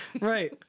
Right